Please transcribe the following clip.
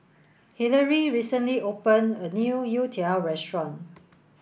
Hillery recently opened a new Youtiao restaurant